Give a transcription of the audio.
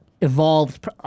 evolved